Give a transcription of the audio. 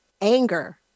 Anger